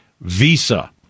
Visa